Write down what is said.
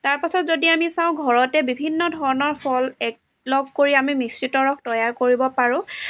তাৰপাছত যদি আমি চাওঁ ঘৰতে বিভিন্ন ধৰণৰ ফল একলগ কৰি আমি মিশ্ৰিত ৰস তৈয়াৰ কৰিব পাৰোঁ